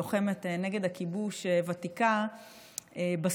לוחמת ותיקה נגד הכיבוש,